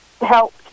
help